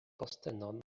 postenon